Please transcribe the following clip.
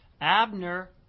Abner